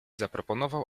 zaproponował